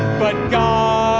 but god,